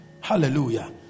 Hallelujah